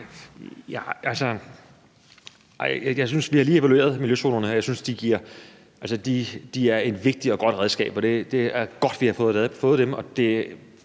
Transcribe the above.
Vi har lige evalueret miljøzonerne. De er et vigtigt og godt redskab. Det er godt, vi har fået dem.